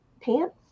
pants